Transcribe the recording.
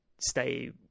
stay